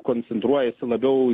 koncentruojasi labiau